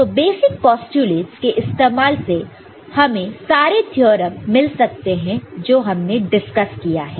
तो basic postulates के इस्तेमाल से हमें सारे थ्योरम मिल सकता है जो हमने डिस्कस किया है